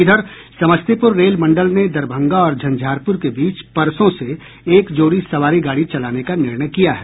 इधर समस्तीपुर रेल मंडल ने दरभंगा और झंझारपुर के बीच परसो से एक जोड़ी सवारी गाड़ी चलाने का निर्णय किया है